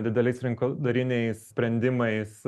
dideliais rinkodariniais sprendimais